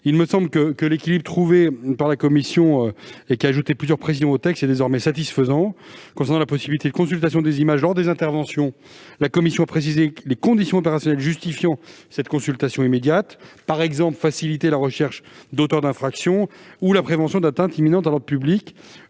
Il me semble que l'équilibre trouvé par la commission, qui a ajouté plusieurs précisions au texte, est désormais satisfaisant. Concernant la possibilité de consultation des images lors des interventions, la commission a précisé les conditions opérationnelles justifiant cette consultation immédiate- par exemple, faciliter la recherche d'auteurs d'infraction, la prévention d'atteintes imminentes à l'ordre public,